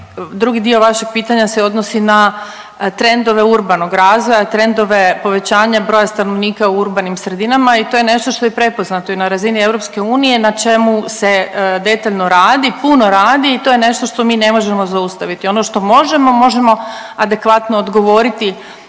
drugi dio vašeg pitanja se odnosi na trendove urbanog razvoja, trendove povećanja broja stanovnika u urbanim sredinama i to je nešto što je prepoznato i na razini EU na čemu se detaljno radi, puno radi. I to je nešto što mi ne možemo zaustaviti. Ono što možemo, možemo adekvatno odgovoriti